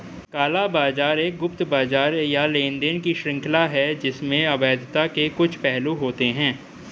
काला बाजार एक गुप्त बाजार या लेनदेन की श्रृंखला है जिसमें अवैधता के कुछ पहलू होते हैं